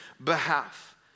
behalf